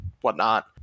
whatnot